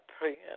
pray